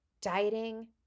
Dieting